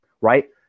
right